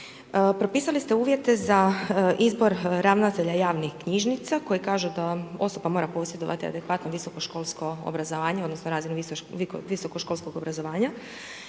Propisali ste uvjete za izbor ravnatelja javnih knjižnica koji kažu da osoba mora posjedovati adekvatno visokoškolko obrazovanje, odnosno razinu visokoškolskog obrazovanja,